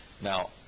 Now